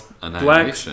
black